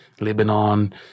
Lebanon